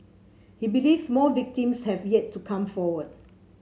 he believes more victims have yet to come forward